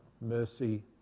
mercy